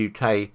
UK